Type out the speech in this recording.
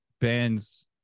bands